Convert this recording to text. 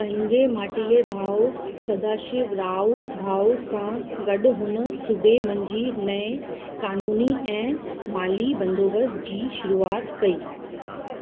पंहिंजे माटीले भाउ सदाशिवराव भाऊ सां गॾु हुन सूबे मंझि नएं क़ानूनी ऐं माली बंदोबस्तु जी शुरूआत कई